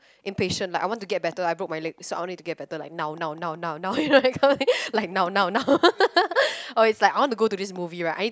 impatient like I want to get better I broke my leg so I need to get better like now now now now now you know that kind of thing like now now now okay is like I need to go to this movie right I